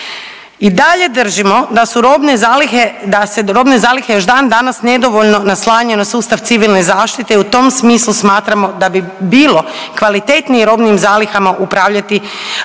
su robne zalihe, da se robne zalihe još dan danas nedovoljno naslanjaju na sustav Civilne zaštite i u tom smislu smatramo da bi bilo kvalitetnije robnim zalihama upravljati uz